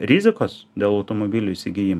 rizikos dėl automobilių įsigijimo